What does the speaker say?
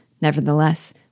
Nevertheless